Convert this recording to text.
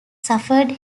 suffered